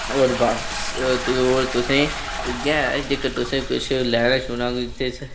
और बस और तुसें इ'यै जेकर तुसें किश लैना छूना किश